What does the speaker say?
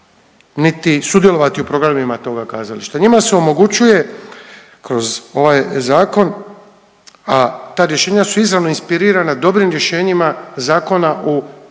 niti sudjelovati u programima toga kazališta. Njima se omogućuje kroz ovaj zakon, a ta rješenja su izravno inspirirana dobrim rješenjima zakona u